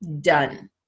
done